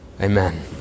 Amen